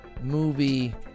movie